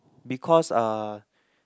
because uh